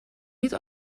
niet